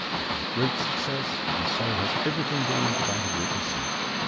it was a great success, and so has everything been that i have written since.